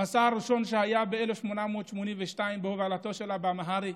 המסע הראשון היה ב-1862, בהובלתו של אבא מהרי,